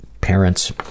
parents